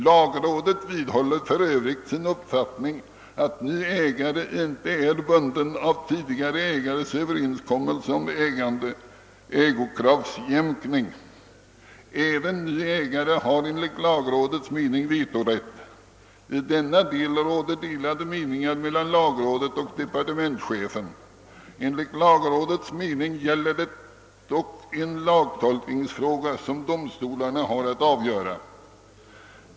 Lagrådet vidhåller för Övrigt sin uppfattning att ny ägare inte är bunden av tidigare ägares överenskommelse om ägokravsjämkning. Även ny ägare har enligt lagrådets mening vetorätt. I denna del råder delade meningar mellan lagrådet och departementschefen. Enligt lagrådets mening gäller det dock en lagtolkningsfråga som domstolarna har att avgöra.